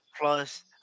plus